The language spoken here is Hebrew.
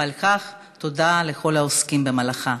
ועל כך תודה לכל העוסקים במלאכה.